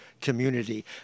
community